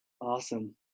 Awesome